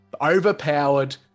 overpowered